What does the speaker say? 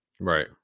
Right